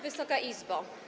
Wysoka Izbo!